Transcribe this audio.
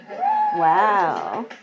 Wow